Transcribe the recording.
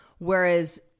Whereas